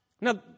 Now